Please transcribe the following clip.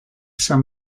some